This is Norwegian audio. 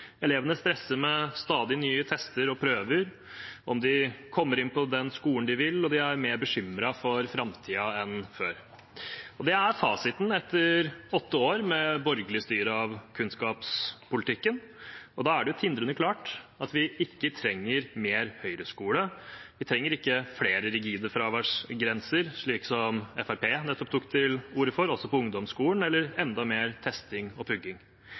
den skolen de vil, og de er mer bekymret for framtiden enn før. Det er fasiten etter åtte år med borgerlig styre av kunnskapspolitikken. Da er det tindrende klart at vi ikke trenger mer høyreskole, og at vi ikke trenger flere rigide fraværsgrenser, slik Fremskrittspartiet nettopp tok til orde for også på ungdomsskolen, eller enda mer testing og